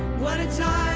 what a time,